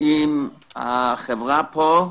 עם החברה פה.